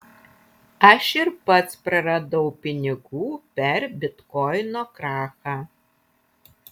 aš ir pats praradau pinigų per bitkoino krachą